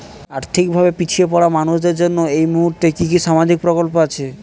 আর্থিক ভাবে পিছিয়ে পড়া মানুষের জন্য এই মুহূর্তে কি কি সামাজিক প্রকল্প আছে?